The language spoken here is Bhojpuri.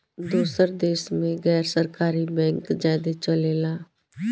दोसर देश मे गैर सरकारी बैंक ज्यादे चलेला